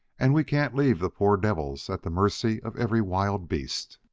and we can't leave the poor devils at the mercy of every wild beast.